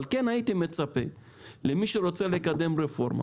אבל כן הייתי מצפה ממי שרוצה לקדם רפורמה